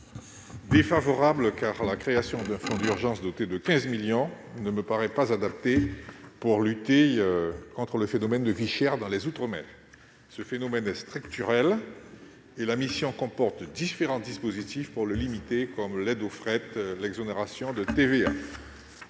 commission ? La création d'un fonds d'urgence doté de 15 millions d'euros ne me paraît pas adaptée pour lutter contre le phénomène de vie chère dans les outre-mer. Ce phénomène est structurel, et la mission comprend différents dispositifs pour le limiter, comme l'aide au fret ou l'exonération de TVA.